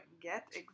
get